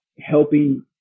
helping